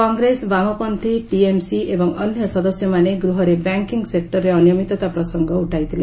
କଂଗ୍ରେସ ବାମପନ୍ଥୀ ଟିଏମ୍ସି ଏବଂ ଅନ୍ୟ ସଦସ୍ୟମାନେ ଗୃହରେ ବ୍ୟାଙ୍କିଙ୍ଗ୍ ସେକ୍ଟରରେ ଅନିୟମିତତା ପ୍ରସଙ୍ଗ ଉଠାଇଥିଲେ